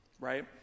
Right